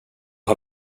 har